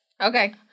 Okay